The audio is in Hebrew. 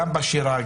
גם בשירה,